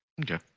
Okay